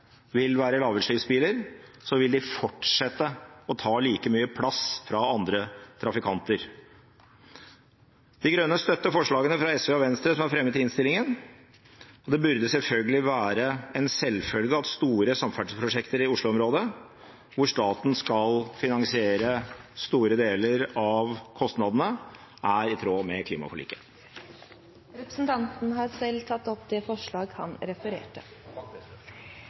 vil være lavutslippsbiler, vil de fortsette å ta like mye plass fra andre trafikanter. De Grønne støtter forslagene fra SV og Venstre som er fremmet i innstillingen. Det burde være en selvfølge at store samferdselsprosjekter i Oslo-området, hvor staten skal finansiere store deler av kostnadene, er i tråd med klimaforliket. Representanten Rasmus Hansson har tatt opp det forslaget han refererte